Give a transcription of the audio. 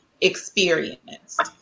experienced